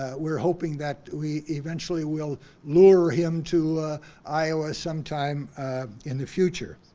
we're hoping that we eventually will lure him to iowa sometime in the future.